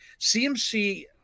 CMC –